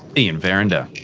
ian verrender.